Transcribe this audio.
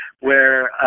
where